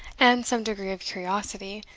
and some degree of curiosity,